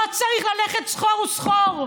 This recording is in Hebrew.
לא צריך ללכת סחור-סחור.